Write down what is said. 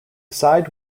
side